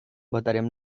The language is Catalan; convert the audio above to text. votarem